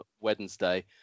Wednesday